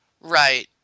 Right